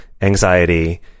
anxiety